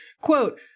Quote